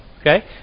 Okay